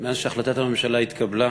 מאז שהחלטת הממשלה התקבלה,